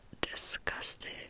disgusted